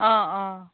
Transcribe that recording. অঁ অঁ